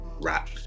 rap